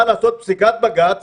מה לעשות, פסיקת בג"ץ